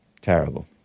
Terrible